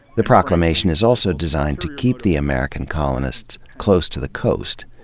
the proclamation is also designed to keep the american colonists close to the coast,